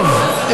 טוב,